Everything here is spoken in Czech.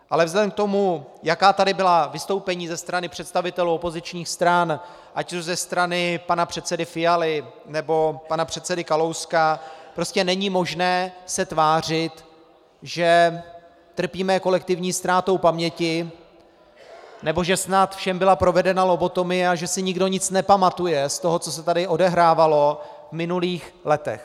Ale vzhledem k tomu, jaká tu byla vystoupení ze strany představitelů opozičních stran, ať už ze strany pana předsedy Fialy, nebo pana předsedy Kalouska, prostě není možné se tvářit, že trpíme kolektivní ztrátou paměti nebo že snad všem byla provedena lobotomie a že si nikdo nic nepamatuje z toho, co se tu odehrávalo v minulých letech.